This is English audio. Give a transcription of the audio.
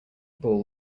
bull